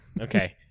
Okay